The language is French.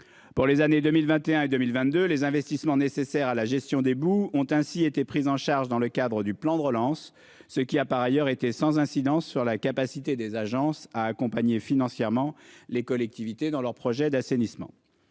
Pour les années 2021 et 2022, les investissements nécessaires à la gestion des boues ont ainsi été pris en charge dans le cadre du plan de relance, ce qui a par ailleurs été sans incidence sur la capacité des agences à accompagner financièrement les collectivités dans leur projet d'assainissement.